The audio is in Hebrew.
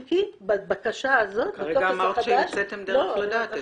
אם כי בבקשה הזו --- הרגע אמרת שהמצאתם דרך לדעת את זה.